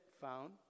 found